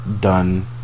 done